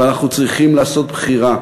אבל אנחנו צריכים לעשות בחירה.